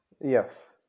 Yes